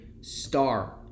star